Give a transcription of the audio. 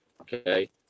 okay